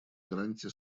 гарантий